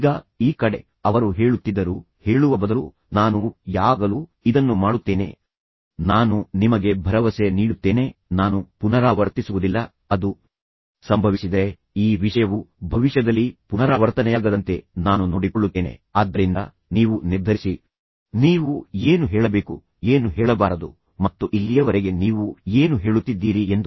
ಈಗ ಈ ಕಡೆ ಅವರು ಹೇಳುತ್ತಿದ್ದರು ಹೇಳುವ ಬದಲು ನಾನು ಯಾವಾಗಲೂ ಇದನ್ನು ಮಾಡುತ್ತೇನೆ ನೀವು ಹೇಳುತ್ತೀರಿ ನಾನು ಅದನ್ನು ಮಾಡಿದ್ದೇನೆ ಎಂದು ನೀವು ಭಾವಿಸುತ್ತೀರಿ ನಾನು ನಿಮಗೆ ಭರವಸೆ ನೀಡುತ್ತೇನೆ ನಾನು ಪುನರಾವರ್ತಿಸುವುದಿಲ್ಲ ನಾನು ನಿಮಗೆ ಭರವಸೆ ನೀಡುತ್ತೇನೆ ಅದು ಸಂಭವಿಸಿದರೆ ಈ ವಿಷಯವು ಭವಿಷ್ಯದಲ್ಲಿ ಪುನರಾವರ್ತನೆಯಾಗದಂತೆ ನಾನು ನೋಡಿಕೊಳ್ಳುತ್ತೇನೆ ಆದ್ದರಿಂದ ನೀವು ನಿರ್ಧರಿಸಿ ನೀವು ಏನು ಹೇಳಬೇಕು ಏನು ಹೇಳಬಾರದು ಮತ್ತು ಇಲ್ಲಿಯವರೆಗೆ ನೀವು ಏನು ಹೇಳುತ್ತಿದ್ದೀರಿ ಎಂದು